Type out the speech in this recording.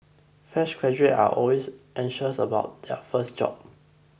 fresh graduates are always anxious about their first job